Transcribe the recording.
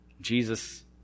Jesus